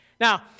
Now